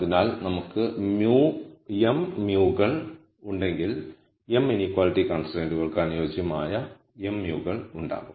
അതിനാൽ നമുക്ക് m μ കൾ ഉണ്ടെങ്കിൽ m ഇനീക്വാളിറ്റി കൺസ്ട്രൈയ്ന്റുകൾക്ക് അനുയോജ്യമായ m μ കൾ ഉണ്ടാകും